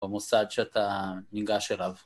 ‫במוסד שאתה ניגש אליו.